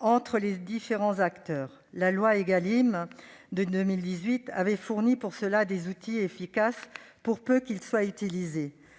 entre les différents acteurs. La loi Égalim de 2018 avait fourni pour cela des outils efficaces, pour peu qu'ils soient utilisés.